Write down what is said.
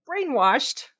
brainwashed